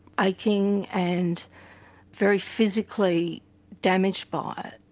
aching and very physically damaged by it,